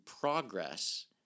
progress